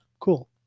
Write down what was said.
Cool